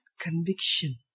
conviction